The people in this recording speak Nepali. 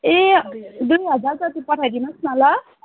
ए दुई हजार जति पठाइ दिनुहोस् न ल